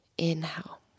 Inhale